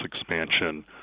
expansion